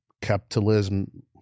capitalism